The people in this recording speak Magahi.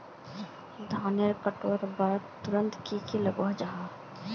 धानेर कटवार बाद तुरंत की लगा जाहा जाहा?